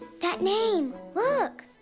that name, look!